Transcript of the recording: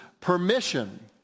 permission